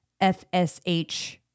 FSH